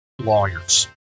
lawyers